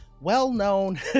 well-known